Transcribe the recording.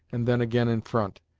and then again in front,